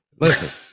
Listen